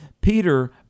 Peter